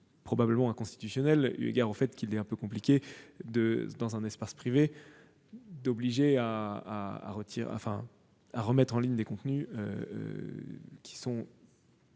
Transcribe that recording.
probablement inconstitutionnelle. En effet, il est un peu compliqué, dans un espace privé, d'obliger à remettre en ligne des contenus